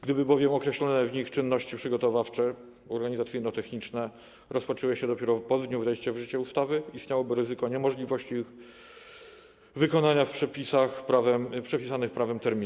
Gdyby bowiem określone w nich czynności przygotowawcze, organizacyjno-techniczne rozpoczęły się dopiero po dniu wejścia w życie ustawy, istniałoby ryzyko niemożliwości wykonania przepisanych prawem terminów.